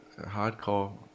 hardcore